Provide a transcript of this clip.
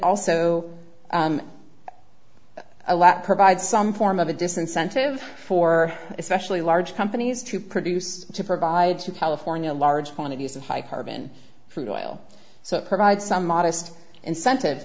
also a lot provide some form of a disincentive for especially large companies to produce to provide to california large quantities of high carbon crude oil so it provides some modest incentive